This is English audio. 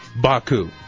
Baku